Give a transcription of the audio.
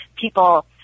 people